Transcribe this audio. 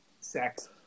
sex